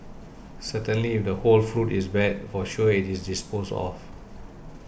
certainly if the whole fruit is bad for sure it is disposed of